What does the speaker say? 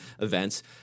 events